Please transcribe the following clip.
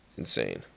insane